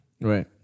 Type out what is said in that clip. Right